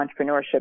entrepreneurship